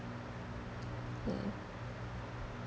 hmm